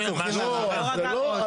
זה לא כולל בכל הדברים שהם צורכים --- זה לא,